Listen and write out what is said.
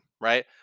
right